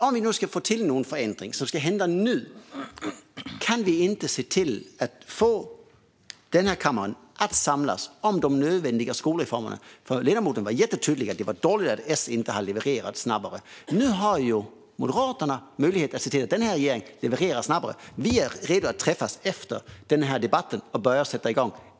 Om vi ska få till en förändring nu, kan vi inte få kammaren att samlas kring de nödvändiga skolreformerna? Ledamoten var tydlig med att det var dåligt att S inte levererade snabbare, och nu har Moderaterna möjligheten att se till att regeringen levererar snabbare. Vi är redo att träffas efter denna debatt och sätta igång.